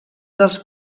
dels